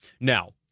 Now